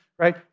right